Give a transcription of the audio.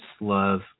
Love